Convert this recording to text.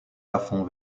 laffont